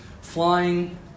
flying